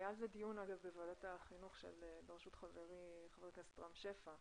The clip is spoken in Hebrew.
היה על זה דיון בוועדת החינוך בראשות חברי חבר הכנסת רם שפע,